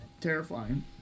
terrifying